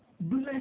Bless